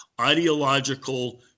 ideological